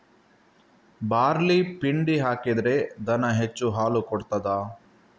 Barley ಪಿಂಡಿ ಹಾಕಿದ್ರೆ ದನ ಹೆಚ್ಚು ಹಾಲು ಕೊಡ್ತಾದ?